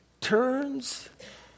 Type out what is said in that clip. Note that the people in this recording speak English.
turns